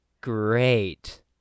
great